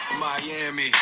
Miami